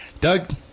doug